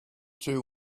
two